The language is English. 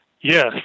Yes